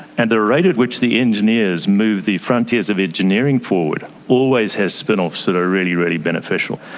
and the rate at which the engineers move the frontiers of engineering forward always has spin-offs that are really, really beneficial.